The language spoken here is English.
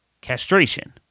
castration